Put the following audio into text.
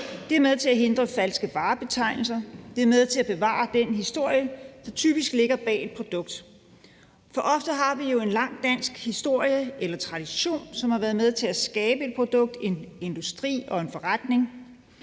Det er med til at hindre falske varebetegnelser, og det er med til at bevare den historie, der typisk ligger bag et produkt. For ofte har vi jo en lang dansk historie eller tradition, som har været med til at skabe et produkt, en industri og en forretning.